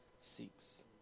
seeks